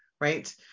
Right